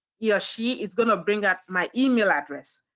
he or she is going to bring up my email address.